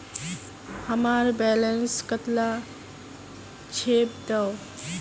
हमार बैलेंस कतला छेबताउ?